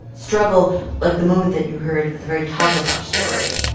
struggle like the moment that you heard at the very top of our story.